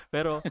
Pero